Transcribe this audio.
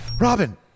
Robin